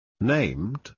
named